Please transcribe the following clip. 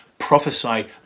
prophesy